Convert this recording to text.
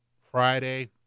Friday